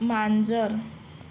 मांजर